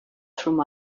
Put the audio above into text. through